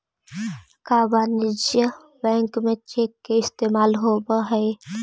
का वाणिज्य बैंक में चेक के इस्तेमाल होब हई?